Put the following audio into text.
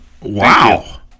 Wow